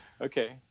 Okay